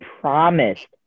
promised